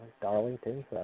Darlington